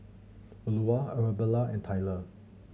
Eulah Arabella and Tyler